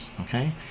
Okay